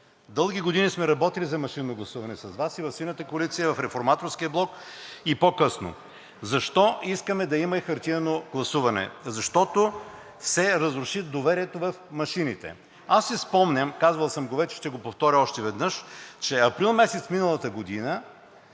Дълги години сме работили за машинно гласуване с Вас и в Синята коалиция, и в Реформаторския блок, и по-късно. Защо искаме да има и хартиено гласуване? Защото се разруши доверието в машините. Аз си спомням, казвал съм го вече, ще го повторя още веднъж, че април месец миналата година